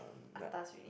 atas already